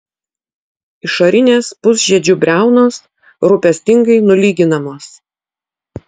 išorinės pusžiedžių briaunos rūpestingai nulyginamos